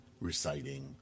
reciting